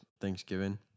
Thanksgiving